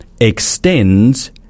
extends